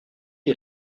est